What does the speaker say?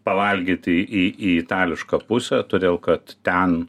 pavalgyti į itališką pusę todėl kad ten